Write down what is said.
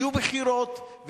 יהיו בחירות,